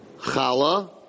Chala